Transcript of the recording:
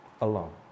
alone